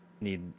need